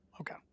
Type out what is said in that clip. Okay